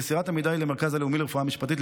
אם מסירת המידע היא למרכז הלאומי לרפואה משפטית,